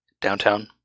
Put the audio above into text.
downtown